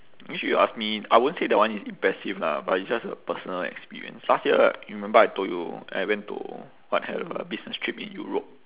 you ask me I won't say that one is impressive lah but it's just a personal experience last year you remember I told you I went to what have a business trip in europe